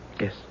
Yes